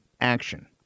action